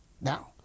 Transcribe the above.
Now